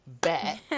Bet